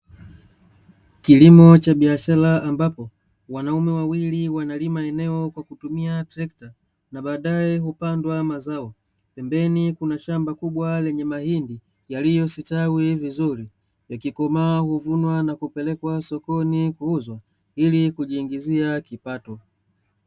Kilimo cha biashara ambapo wanaume wawili wanalima eneo kwa kutumia trekta na baadae hupandwa mazao, pembeni kuna shamba kubwa lenye mahindi yaliyostawi vizuri. Yakikomaa huvumwa na kupelekwa sokoni kuuzwa ili kujiingizia kipato.